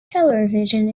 television